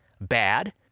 Bad